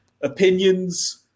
opinions